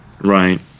Right